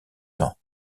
temps